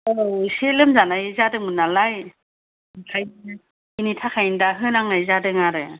औ एसे लोमजानाय जादोंमोन नालाय ओंखायनो बिनि थाखायनो दा होनांनाय जादों आरो